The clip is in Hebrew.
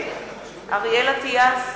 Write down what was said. נגד אריאל אטיאס,